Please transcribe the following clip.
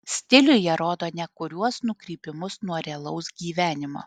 stiliuje rodo nekuriuos nukrypimus nuo realaus gyvenimo